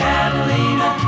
Catalina